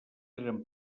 eren